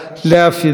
לאה פדידה,